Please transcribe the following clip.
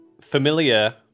familiar